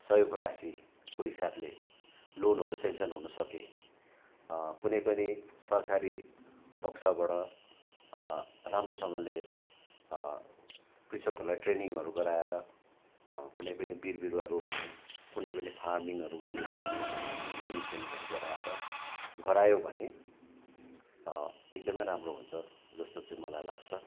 सहयोग राशिको हिसाबले लोनहरू सेङ्सन हुनुसके कुनै पनि सरकारी पक्षबाट राम्रोसँगले कृषकहरूलाई ट्रेनिङहरू गराएर कुनै पनि बिउ बिरुवा रोप्नु कुनै पनि फार्मिङहरू गर्नुको लागि ट्रेनिङस्रेनिङहरू गराएर गरायो भने एकदमै राम्रो हुन्छ जस्तो चाहिँ मलाई लाग्छ